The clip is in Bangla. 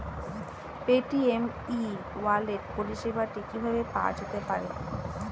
পেটিএম ই ওয়ালেট পরিষেবাটি কিভাবে পাওয়া যেতে পারে?